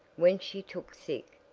when she took sick,